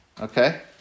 Okay